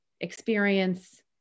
experience